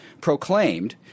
proclaimed